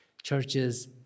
Churches